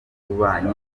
w’ububanyi